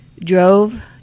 drove